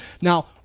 Now